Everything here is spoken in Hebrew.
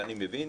ואני מבין,